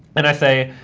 and i say,